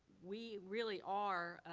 we really are